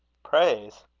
praise?